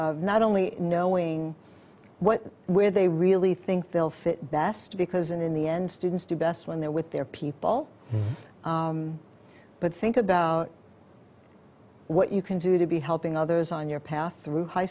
of not only knowing what and where they really think they'll fit best because in the end students do best when they're with their people but think about what you can do to be helping others on your path through high